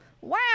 Wow